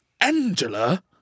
Angela